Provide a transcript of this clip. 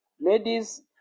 ladies